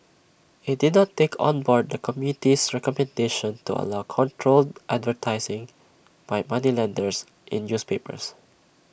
IT did not take on board the committee's recommendation to allow controlled advertising by moneylenders in newspapers